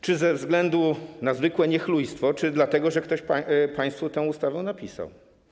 Czy ze względu na zwykłe niechlujstwo, czy dlatego że ktoś państwu tę ustawę napisał?